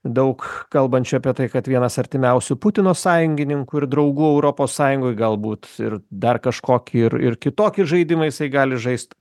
daug kalbančių apie tai kad vienas artimiausių putino sąjungininkų ir draugų europos sąjungoj galbūt ir dar kažkokį ir ir kitokį žaidimą jisai gali žaist